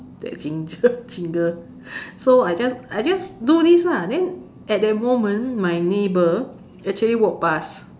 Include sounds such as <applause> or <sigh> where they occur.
that jingle <laughs> jingle so I just I just do this lah then at that moment my neighbor actually walked pass